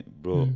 bro